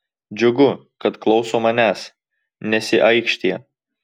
džiugu kad klauso manęs nesiaikštija